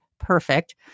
perfect